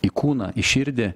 į kūną į širdį